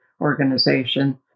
organization